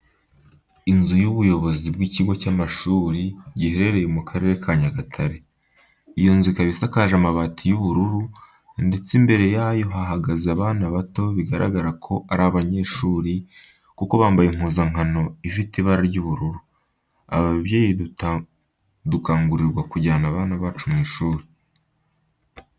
Inzu y'ubuyobozi bw'ikigo cy'amashuri giherereye mu Karere ka Nyagatare. Iyo nzu ikaba isakaje amabati y'ubururu, ndetse imbere yayo hahagaze abana bato bigaragara ko ari abanyeshuri kuko bambaye impuzankano ifite ibara ry'ubururu. Ababyeyi dukangurirwa kujyana abana bacu mu ishuri.